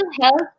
health